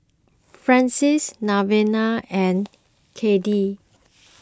Frances Lavina and Cyndi